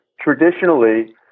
traditionally